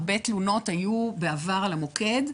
הרבה תלונות היו בעבר על המוקד.